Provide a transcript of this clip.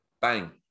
bang